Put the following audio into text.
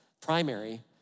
primary